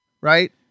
right